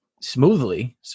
smoothly